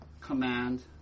command